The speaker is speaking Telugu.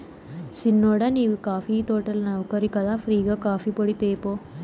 సిన్నోడా నీవు కాఫీ తోటల నౌకరి కదా ఫ్రీ గా కాఫీపొడి తేపో